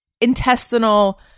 intestinal